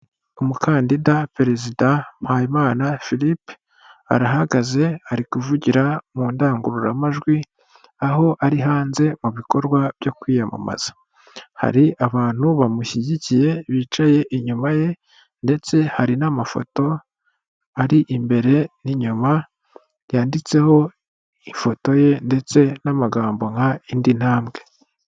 Umukandida perezida MPAYIMANA Philippe arahagaze ari kuvugira mu ndangururamajwi aho ari hanze mu bikorwa byo kwiyamamaza, hari abantu bamushyigikiye bicaye inyuma ye ndetse hari n'amafoto ari imbere n'inyuma yanditseho ifoto ye ndetse n'amagambo nka 'indi ntambwe'.